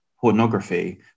pornography